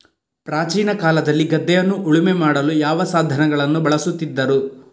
ಪ್ರಾಚೀನ ಕಾಲದಲ್ಲಿ ಗದ್ದೆಯನ್ನು ಉಳುಮೆ ಮಾಡಲು ಯಾವ ಸಾಧನಗಳನ್ನು ಬಳಸುತ್ತಿದ್ದರು?